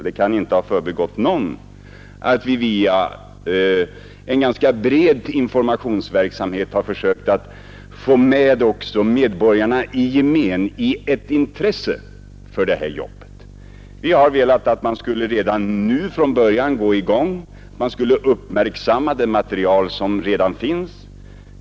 Det kan inte ha förbigått någon att vi via en ganska bred informationsverksamhet har försökt få med också medborgarna i gemen i ett intresse för detta jobb. Vi har velat att man redan nu skulle sätta i gång. Man skulle uppmärksamma det material som redan finns.